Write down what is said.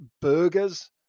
burgers